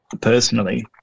personally